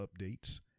updates